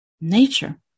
nature